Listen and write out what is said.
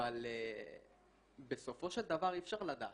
אבל בסופו של דבר אי אפשר לדעת.